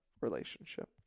relationship